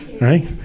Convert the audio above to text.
right